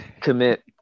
commit